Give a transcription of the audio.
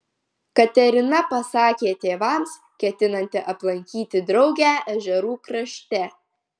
katerina pasakė tėvams ketinanti aplankyti draugę ežerų krašte